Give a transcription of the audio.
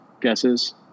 guesses